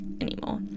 anymore